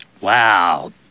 Wow